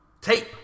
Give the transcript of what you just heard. Tape